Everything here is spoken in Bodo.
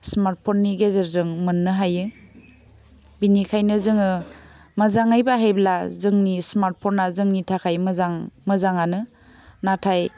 स्मार्ट फन नि गेजेरजों मोन्नो हायो बेनिखाइनो जोङो मोजाङै बाहायब्ला जोंनि स्मार्ट फना जोंनि थाखाइ मोजां मोजाङानो नाथाय